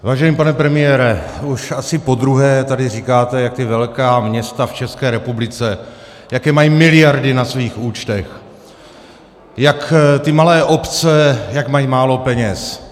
Vážený pane premiére, už asi podruhé tady říkáte, jaké ta velká města v České republice mají miliardy na svých účtech, jak ty malé obce mají málo peněz.